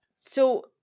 So-